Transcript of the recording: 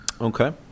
Okay